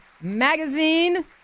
Magazine